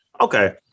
Okay